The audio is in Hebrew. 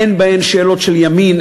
אין בהם שאלות של ימין,